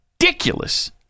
ridiculous